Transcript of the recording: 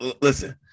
Listen